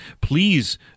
please